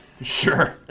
Sure